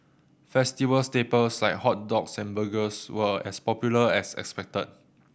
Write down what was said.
festival staples like hot dogs and burgers were as popular as expected